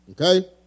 Okay